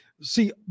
See